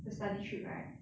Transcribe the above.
the study trip right